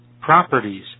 properties